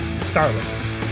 starlings